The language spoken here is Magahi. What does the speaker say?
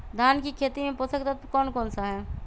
धान की खेती में पोषक तत्व कौन कौन सा है?